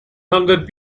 hundred